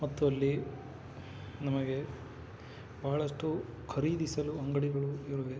ಮತ್ತು ಅಲ್ಲಿ ನಮಗೆ ಬಹಳಷ್ಟು ಖರೀದಿಸಲು ಅಂಗಡಿಗಳು ಇರುವೆ